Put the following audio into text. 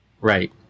Right